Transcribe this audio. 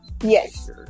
yes